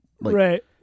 Right